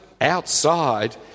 outside